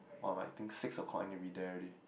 oh I think six o-clock I need to be there already